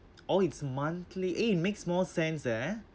oh it's monthly eh makes more sense eh